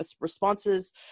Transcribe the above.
responses